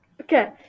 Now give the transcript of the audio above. Okay